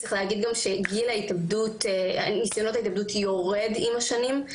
צריך להגיד גם שגיל ניסיונות ההתאבדות יורד עם השנים,